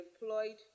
employed